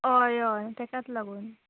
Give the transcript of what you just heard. हय हय हय ताकाच लागून